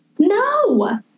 no